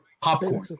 popcorn